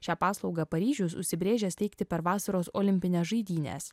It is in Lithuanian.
šią paslaugą paryžius užsibrėžęs teikti per vasaros olimpines žaidynes